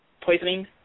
poisoning